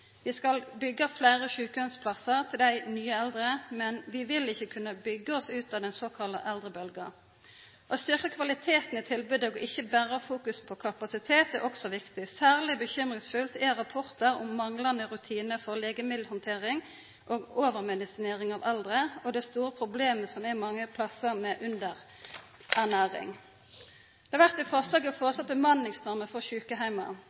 Vi skal byggja fleire sjukeheimsplassar til dei nye eldre, men vi vil ikkje kunna byggja oss ut av den såkalla eldrebølgja. Å styrkja kvaliteten i tilbodet og ikkje berre fokusera på kapasiteten er også viktig. Særleg bekymringsfulle er rapportar om manglande rutinar for legemiddelhandtering og overmedisinering av eldre og det store problemet med underernæring som ein har mange stader. Det blir foreslått bemanningsnormer for